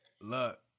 look